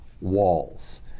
walls